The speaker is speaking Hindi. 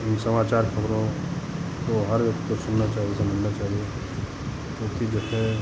हम समाचार खबरें तो हर व्यक्ति को सुनना चाहिए और समझना चाहिए क्योंकि जैसे